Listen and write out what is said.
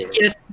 Yes